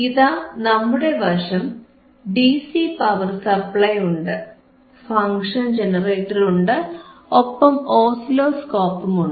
ഇതാ നമ്മുടെ വശം ഡിസി പവർ സപ്ലൈ ഉണ്ട് ഫങ്ഷൻ ജനറേറ്ററുണ്ട് ഒപ്പം ഓസിലോസ്കോപ്പും ഉണ്ട്